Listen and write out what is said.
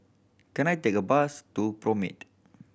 can I take a bus to Promenade